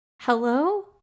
hello